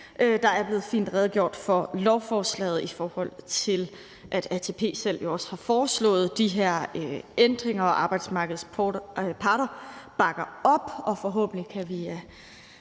Der er blevet redegjort fint for lovforslaget, i forhold til at ATP jo også selv har foreslået de her ændringer, og at arbejdsmarkedets parter bakker op. Og forhåbentlig kan vi